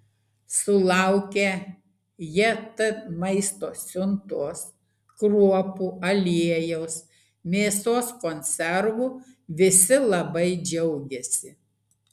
sulaukę jt maisto siuntos kruopų aliejaus mėsos konservų visi labai džiaugiasi